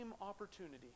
opportunity